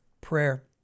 prayer